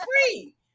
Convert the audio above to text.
free